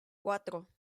cuatro